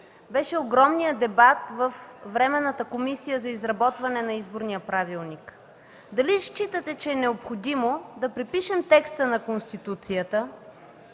беше големият дебат във Временната комисия за изработване на Изборния правилник. Дали считате, че е необходимо да препишем текста на Конституцията